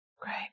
Great